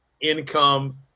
income